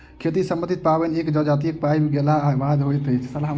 खेती सम्बन्धी पाबैन एक जजातिक पाकि गेलाक बादे होइत अछि